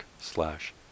slash